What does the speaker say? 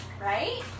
right